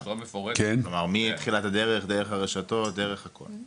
כלומר, מתחילת הדרך, דרך הרשתות, דרך הכל.